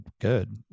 good